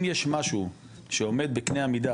אם יש משהו שעומד בקנה המידה,